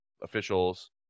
officials